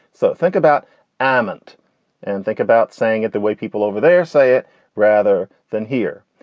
so think about ammonite and think about saying it the way people over there say it rather than here.